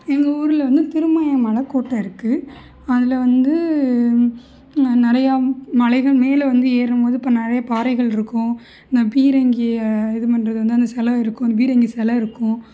எங்கள் ஊரில் வந்து திருமைய மலைக்கோட்டை இருக்குது அதில் வந்து நான் நிறையா மலைகள் மேலே வந்து ஏறும்போது இப்போ நிறைய பாறைகள் இருக்கும் இந்த பீரங்கியை இது பண்றது வந்து அந்த செலை இருக்கும் அந்த பீரங்கி செலை இருக்கும்